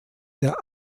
der